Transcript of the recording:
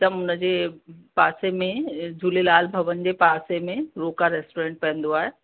हिकदमि हुनजे पासे में झूलेलाल भवन जे पासे में रोका रेस्टोरंट पवंदो आहे